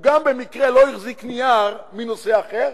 גם הוא במקרה לא החזיק נייר של נוסע אחר?